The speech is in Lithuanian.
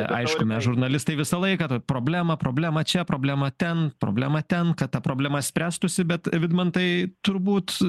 aišku mes žurnalistai visą laiką vat problema problema čia problema ten problema ten kad ta problema spręstųsi bet vidmantai turbūt